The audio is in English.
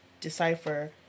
decipher